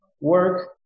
work